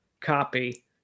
copy